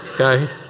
okay